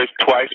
twice